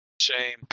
Shame